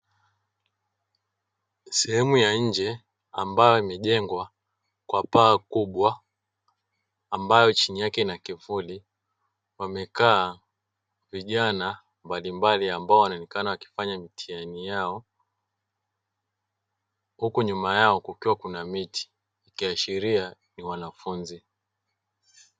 Sehemu ya nje ambayo imejengwa kwa paa kubwa ambaye chini yake ina kifuli wamekaa vijana mbalimbali ambao wanaonekana wakifanya mitihani yao huku nyuma yao kukiwa kuna miti ikiashiria ni wanafunzi.